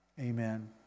Amen